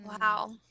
Wow